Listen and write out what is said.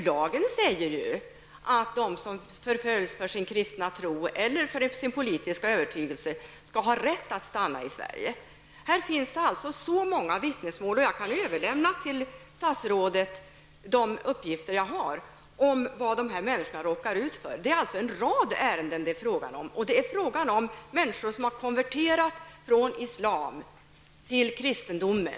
Lagen säger ju att de som förföljs för sin kristna tro eller för sin politiska övertygelse har rätt att stanna i Sverige. Här finns många vittnesmål, och jag kan överlämna de uppgifter som jag har till statsrådet om vad dessa människor råkar ut för. Det är alltså fråga om en mängd ärenden som handlar om människor som har konverterat från islam till kristendom.